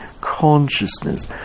consciousness